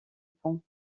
pont